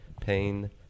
Pain